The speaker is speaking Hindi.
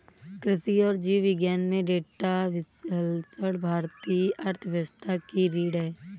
कृषि और जीव विज्ञान में डेटा विश्लेषण भारतीय अर्थव्यवस्था की रीढ़ है